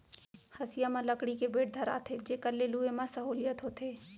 हँसिया म लकड़ी के बेंट धराथें जेकर ले लुए म सहोंलियत होथे